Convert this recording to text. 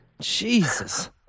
Jesus